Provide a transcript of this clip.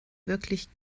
wirklich